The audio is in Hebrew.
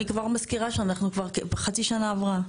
אני כבר מזכירה שאנחנו כבר חצי שנה עברה.